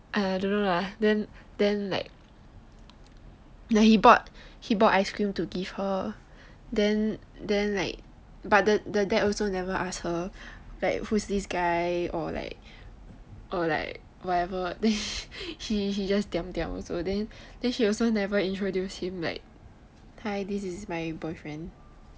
don't know lah then like he bought ice cream to give her then then like but the dad also never ask her who is this guy or like whatever then he just diam diam also then she also never introduce him like hi this is my boyfriend